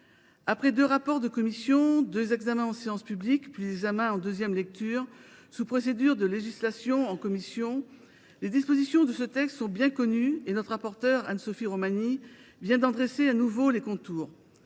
Après deux rapports de commission, deux examens en séance publique et un examen en deuxième lecture selon la procédure de législation en commission, les dispositions de ce texte sont désormais bien connues, d’autant que notre rapporteure Anne Sophie Romagny vient d’en dresser de nouveau les contours.